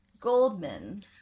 Goldman